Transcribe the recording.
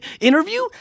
interview